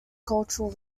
cultural